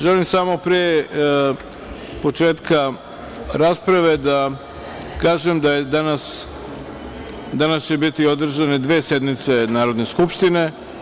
Želim samo pre početka rasprave da kažem da će danas biti održane dve sednice Narodne skupštine.